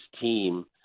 team